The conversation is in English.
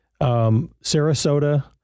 Sarasota